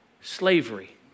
slavery